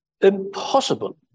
impossible